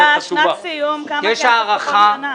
שנת התחלה, שנת סיום, כמה כסף לכל שנה?